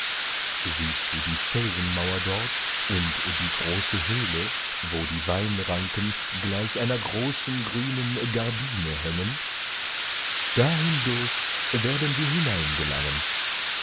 siehst du die felsenmauer dort und die große höhle wo die weinranken gleich einer großen grünen gardine hängen da hindurch werden wir